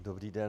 Dobrý den.